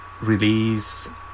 release